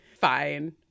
fine